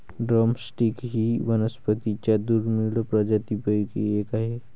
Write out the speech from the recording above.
drum stick ही वनस्पतीं च्या दुर्मिळ प्रजातींपैकी एक आहे